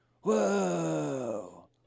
whoa